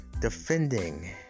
Defending